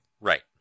Right